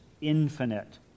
infinite